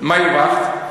מה הרווחת?